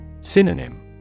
Synonym